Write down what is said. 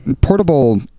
portable